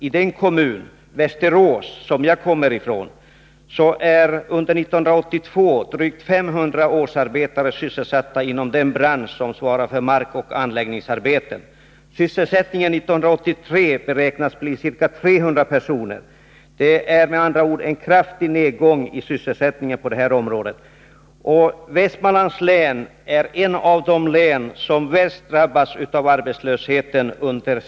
I den kommun, Västerås, som jag kommer ifrån sysselsätts under 1982 drygt 500 årsarbetare inom den bransch som svarar för markoch anläggningsarbeten. Sysselsättningen 1983 beräknas omfatta ca 300 personer. Det blir med andra ord en kraftig nedgång i sysselsättningen på det här området. Västmanlands län är ett av de län som under de senaste åren drabbats värst av arbetslösheten.